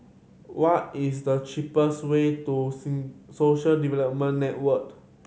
what is the cheapest way to Social Development Network